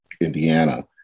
Indiana